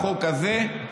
בחוק הזה,